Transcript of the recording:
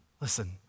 Listen